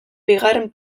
bigarren